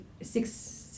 six